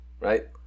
Right